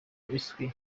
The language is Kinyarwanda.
miswi